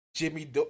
Jimmy